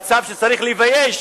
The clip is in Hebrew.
מצב שצריך לבייש